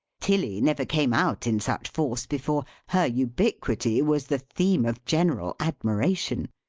tilly never came out in such force before. her ubiquity was the theme of general admiration.